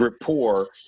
rapport